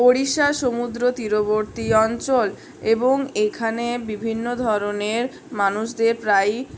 ওড়িশা সমুদ্রতীরবর্তী অঞ্চল এবং এখানে বিভিন্ন ধরনের মানুষদের প্রায়ই